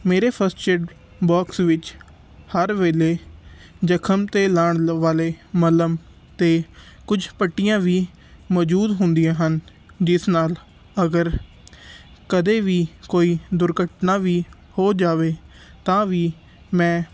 ਮੇਰੇ first aid box ਵਿੱਚ ਹਰ ਵੇਲੇ ਜਖ਼ਮ 'ਤੇ ਲਾਉਣ ਵਾਲੇ ਮੱਲਮ ਅਤੇ ਕੁਝ ਪੱਟੀਆਂ ਵੀ ਮੌਜੂਦ ਹੁੰਦੀਆਂ ਹਨ ਜਿਸ ਨਾਲ ਅਗਰ ਕਦੇ ਵੀ ਕੋਈ ਦੁਰਘਟਨਾ ਵੀ ਹੋ ਜਾਵੇ ਤਾਂ ਵੀ ਮੈਂ